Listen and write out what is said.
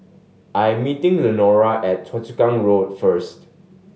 I am meeting Lenora at Choa Chu Kang Road first